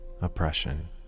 oppression